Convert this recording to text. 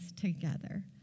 together